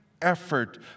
Effort